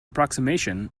approximation